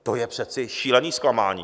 To je přece šílené zklamání.